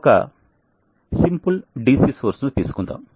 ఒక సరళమైన DC source ను తీసుకుందాం